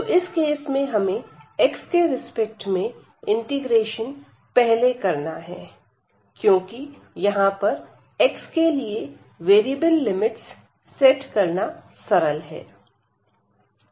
तो इस केस में हमें x के रिस्पेक्ट में इंटीग्रेशन पहले करना है क्योंकि यहां पर xके लिए वेरिएबल लिमिट्स सेट करना सरल है